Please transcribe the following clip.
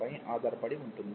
పై ఆధారపడి ఉంటుంది